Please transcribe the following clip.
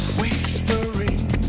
whispering